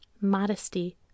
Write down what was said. modesty